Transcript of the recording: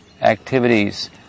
activities